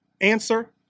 Answer